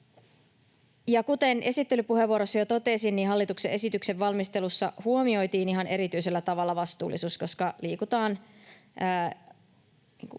Kuten esittelypuheenvuorossa jo totesin, hallituksen esityksen valmistelussa huomioitiin ihan erityisellä tavalla vastuullisuus, koska liikutaan